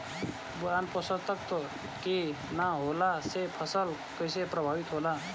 Boron पोषक तत्व के न होला से फसल कइसे प्रभावित होला?